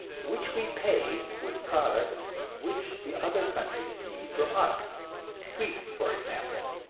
which we pay with products which the other countries need from us wheat, for example,